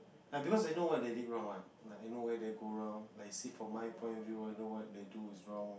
like because I know what they did wrong what like I know where they go wrong like you see from my point of view I know what they do is wrong